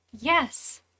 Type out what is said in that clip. yes